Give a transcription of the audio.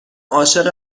عاشق